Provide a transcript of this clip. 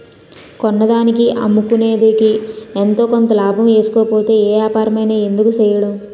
కొన్నదానికి అమ్ముకునేదికి ఎంతో కొంత లాభం ఏసుకోకపోతే ఏ ఏపారమైన ఎందుకు సెయ్యడం?